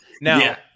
now